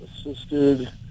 Assisted